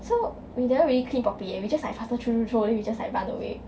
so we didn't really clean properly and we just like faster throw throw throw then we just like run away